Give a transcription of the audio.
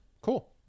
cool